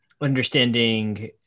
understanding